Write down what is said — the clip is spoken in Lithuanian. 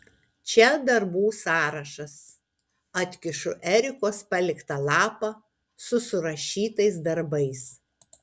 čia darbų sąrašas atkišu erikos paliktą lapą su surašytais darbais